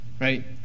right